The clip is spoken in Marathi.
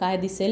काय दिसेल